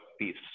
peace